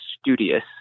studious